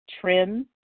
trim